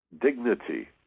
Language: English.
dignity